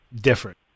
different